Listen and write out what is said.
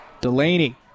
Delaney